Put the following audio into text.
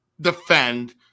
defend